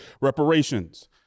Reparations